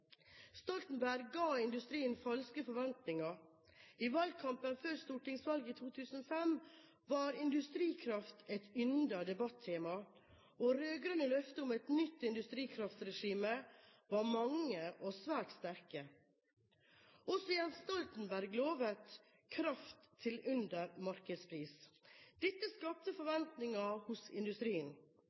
Stoltenberg ga industrien falske forventninger. I valgkampen før stortingsvalget i 2005 var industrikraft et yndet debattema, og rød-grønne løfter om et nytt industrikraftregime var mange og svært sterke. Også Jens Stoltenberg lovet kraft «til under markedspris». Dette skapte forventninger hos industrien.